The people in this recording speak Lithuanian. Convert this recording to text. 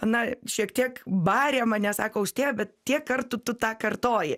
na šiek tiek barė mane sako austėja bet tiek kartų tu tą kartoji